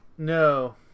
No